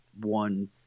one